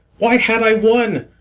why had i one?